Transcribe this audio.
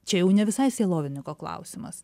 čia jau ne visai sielovadininko klausimas